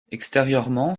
extérieurement